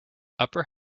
upper